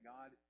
God